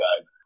guys